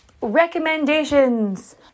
Recommendations